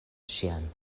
ŝian